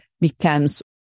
becomes